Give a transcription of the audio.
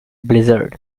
blizzard